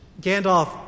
Gandalf